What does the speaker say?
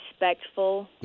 Respectful